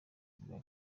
bwa